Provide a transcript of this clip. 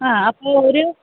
ആ അപ്പോള് ഒരു